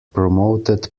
promoted